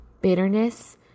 bitterness